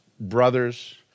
brothers